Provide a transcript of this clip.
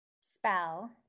spell